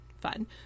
fun